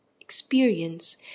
experience